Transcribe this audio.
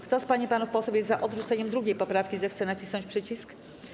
Kto z pań i panów posłów jest za odrzuceniem 2. poprawki, zechce nacisnąć przycisk.